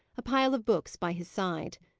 a pile of books by his side.